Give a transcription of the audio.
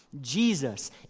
Jesus